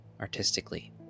artistically